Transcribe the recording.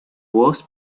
voz